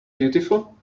beautiful